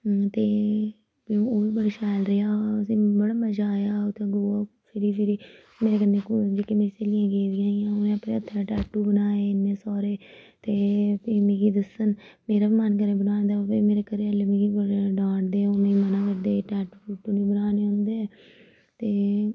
ते ओह् बी बड़ा शैल रेहा असेंगी बड़ा मज़ा आया उत्थें गोवा फिरी फिरी मेरे कन्नै इक होर जेह्की मेरी स्हेलियां गेदियां हियां हा उनें अपने हत्थें उप्पर टैटू बनाए इन्ने सारे ते फ्ही मिगी दस्सन मेरा बी मन करै बनाने दा पर मेरे घरै आह्ले मिगी बड़ा डांटदे ओह् मिगी मना करदे टैटू टूटू नी बनाने होंदे ते